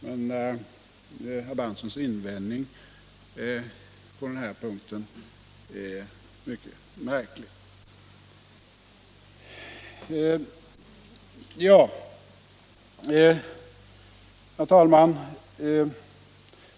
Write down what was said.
Men herr Berndtsons invändning på den här punkten är mycket märklig. Herr talman!